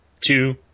two